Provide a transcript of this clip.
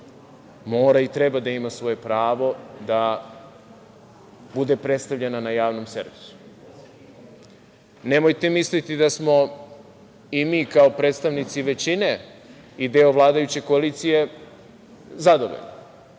mora i treba da ima svoje pravo da bude predstavljena na javnom servisu. Nemojte misliti da smo i mi kao predstavnici većine i deo vladajuće koalicije zadovoljni.